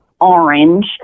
orange